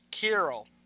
carol